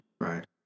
Right